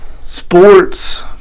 sports